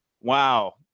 Wow